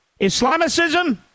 Islamicism